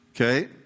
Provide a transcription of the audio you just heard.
okay